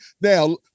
Now